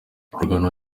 rugano